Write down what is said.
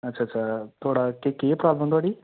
अच्छा अच्छा थुआडा केह् प्राबल्म थुआढ़ी